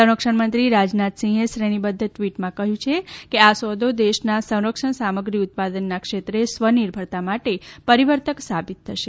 સંરક્ષણ મંત્રી રાજનાથ સિંહે શ્રેણીબધ્ધ ટ્વીટમાં કહ્યું છે કે આ સોદો દેશના સંરક્ષણ સામગ્રી ઉત્પાદનના ક્ષેત્રે સ્વનિર્ભરતા માટે પરિવર્તક સાબિત થશે